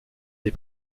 des